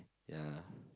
ya